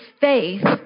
faith